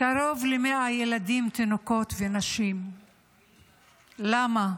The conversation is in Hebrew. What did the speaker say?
קרוב ל-100 ילדים, תינוקות ונשים, למה?